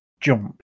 Jump